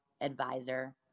advisor